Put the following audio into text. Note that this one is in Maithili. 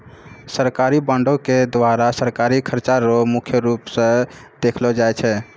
सरकारी बॉंडों के द्वारा सरकारी खर्चा रो मुख्य रूप स देखलो जाय छै